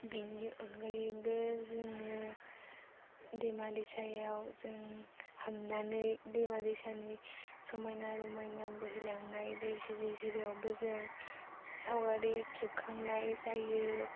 बिनि अनगायैबो जोङो दैमा दैसायाव जों हाबनानै दैमा दैसानि समायना रमायना बोहैलांनाय दै जिरि जिरियावबो जों सावगारि खेबखांनाय जायो